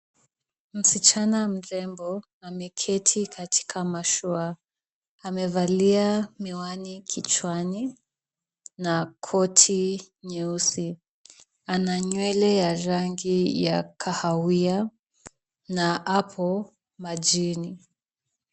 Msichana mrembo, ameketi katika mashua. Amevalia miwani kichwani na koti nyeusi. Ana nywele ya rangi ya kahawia na yupo, majini.